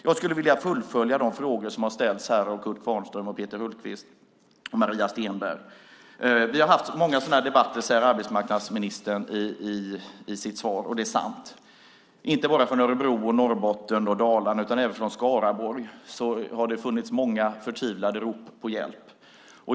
Jag skulle vilja fullfölja de frågor som har ställts av Kurt Kvarnström, Peter Hultqvist och Maria Stenberg. Vi har haft många sådana här debatter, säger arbetsmarknadsministern i sitt svar. Det är sant. Inte bara i Örebro och Norrbotten och Dalarna, utan även i Skaraborg, har det funnits många förtvivlade rop på hjälp.